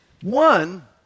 One